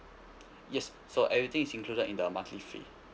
yes so everything is included in the monthly fee